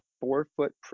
four-foot